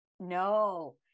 no